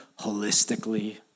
holistically